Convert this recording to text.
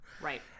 Right